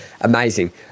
amazing